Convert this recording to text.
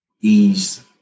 ease